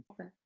Okay